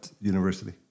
university